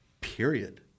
period